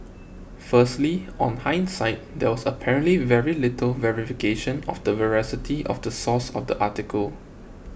firstly on hindsight there was apparently very little verification of the veracity of the source of the article